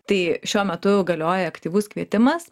tai šiuo metu galioja aktyvus kvietimas